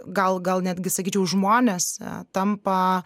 gal gal netgi sakyčiau žmonės tampa